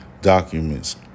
documents